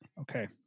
Okay